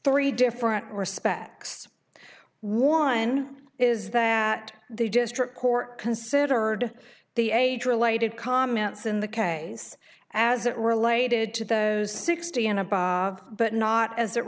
three different respects one is that the district court considered the age related comments in the case as it related to those sixty and a but not as it